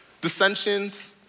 Dissensions